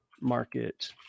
market